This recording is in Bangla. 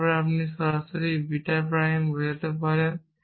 তারপর আপনি সরাসরি বিটা প্রাইম বোঝাতে পারেন